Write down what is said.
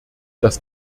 das